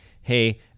hey